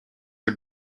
are